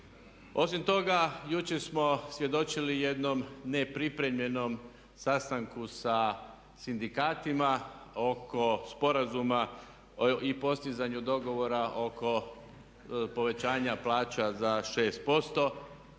Osim toga jučer smo svjedočili jednom nepripremljenom sastanku sa sindikatima oko sporazuma i postizanju dogovora oko povećanja plaća za 6%